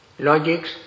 logics